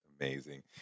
Amazing